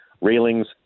railings